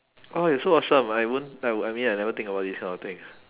!wah! you're so awesome I won't I will I mean I never think about this kind of things